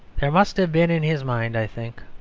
there must have been in his mind, i think,